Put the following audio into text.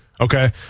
Okay